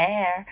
Air